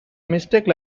mistake